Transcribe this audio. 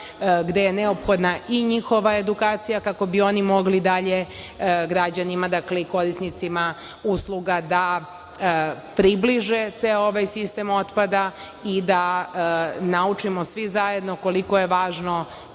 gde je neophodna i njihova edukacija kako bi oni mogli dalje građanima i korisnicima usluga da približe ceo ovaj sistem otpada i da naučimo svi zajedno koliko je važna